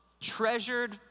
treasured